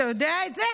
אתה יודע את זה,